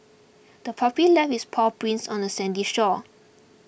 the puppy left its paw prints on the sandy shore